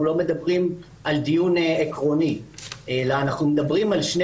לא מדברים על דיון עקרוני אלא אנחנו מדברים על שני